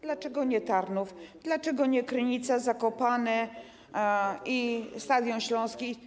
Dlaczego nie Tarnów, dlaczego nie Krynica, Zakopane, nie Stadion Śląski?